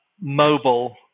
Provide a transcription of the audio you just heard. mobile